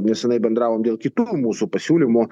nesenai bendravom dėl kitų mūsų pasiūlymų